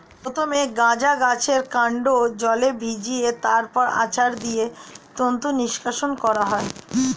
প্রথমে গাঁজা গাছের কান্ড জলে ভিজিয়ে তারপর আছাড় দিয়ে তন্তু নিষ্কাশণ করা হয়